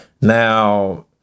Now